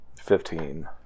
Fifteen